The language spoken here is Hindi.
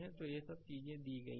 तो यह सब चीजें दी गई हैं